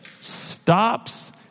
stops